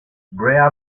brea